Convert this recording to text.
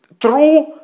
True